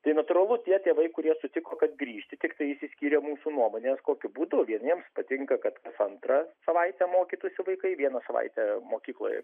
tai natūralu tie tėvai kurie sutiko kad grįžti tiktai išsiskyrė mūsų nuomonės kokiu būdu vieniems patinka kad antrą savaitę mokytųsi vaikai vieną savaitę mokykloje